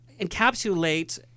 encapsulate